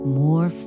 more